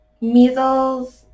measles